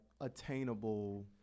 attainable